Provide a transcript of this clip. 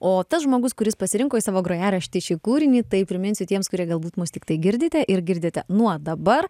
o tas žmogus kuris pasirinko į savo grojaraštį šį kūrinį tai priminsiu tiems kurie galbūt mus tiktai girdite ir girdite nuo dabar